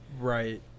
Right